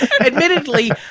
Admittedly